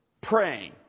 praying